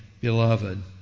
beloved